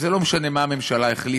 אז זה לא משנה מה הממשלה החליטה,